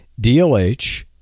DLH